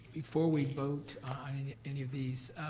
before we vote on any of these,